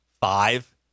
five